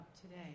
today